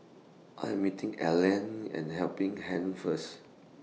I Am meeting Allene At The Helping Hand First